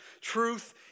Truth